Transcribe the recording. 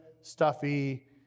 stuffy